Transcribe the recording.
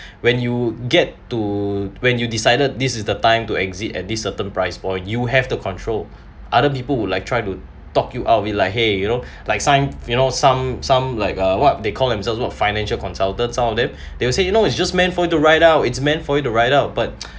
when you get to when you decided this is the time to exit at this certain price for you have the control other people will like try to talk you out with like !hey! you know like sign you know some some like uh what they call themselves what financial consultants all of them they'll say you know it's just meant for the ride out it's meant for you to ride out but